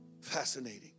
fascinating